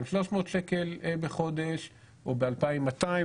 שלוש מאות שקל בחודש או באלפיים מאתיים,